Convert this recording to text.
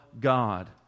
God